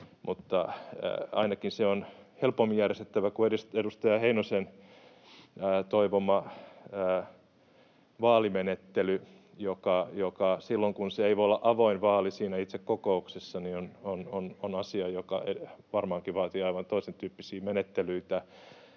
ainakin se on helpommin järjestettävä kuin edustaja Heinosen toivoma vaalimenettely, joka silloin, kun se ei voi olla avoin vaali siinä itse kokouksessa, on asia, joka varmaankin vaatii aivan toisentyyppisiä menettelyitä,